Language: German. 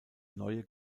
neue